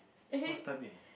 what's type A